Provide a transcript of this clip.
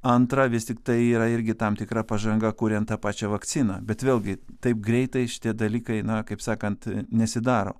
antrą vis tiktai yra irgi tam tikra pažanga kuriant tą pačią vakciną bet vėlgi taip greitai šitie dalykai na kaip sakant nesidaro